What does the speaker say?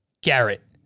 Garrett